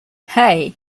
hey